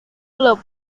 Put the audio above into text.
club